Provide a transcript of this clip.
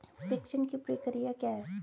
प्रेषण की प्रक्रिया क्या है?